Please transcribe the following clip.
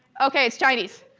ok, it's chinese,